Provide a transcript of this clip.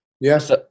Yes